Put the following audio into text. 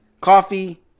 coffee